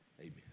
Amen